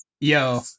Yo